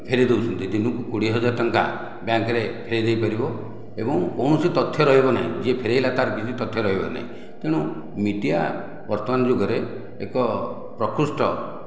ଫେରେଇ ଦେଉଛନ୍ତି ଦିନକୁ କୋଡିଏ ହଜାର ଟଙ୍କା ବ୍ୟାଙ୍କ ରେ ଫେରେଇ ଦେଇ ପାରିବ ଏବଂ କୌଣସି ତଥ୍ୟ ରହିବ ନହିଁ ଯିଏ ଫେରେଇଲା ତାର କିଛି ତଥ୍ୟ ରହିବନାହିଁ ତେଣୁ ମିଡ଼ିଆ ବର୍ତ୍ତମାନ ଯୁଗରେ ଏକ ପ୍ରକୃଷ୍ଠ